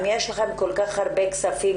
אם יש לכם כל כך הרבה כספים,